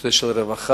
נושא של רווחה,